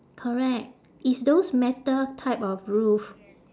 correct it's those metal type of roof